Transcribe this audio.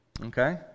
Okay